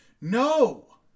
No